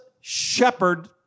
shepherd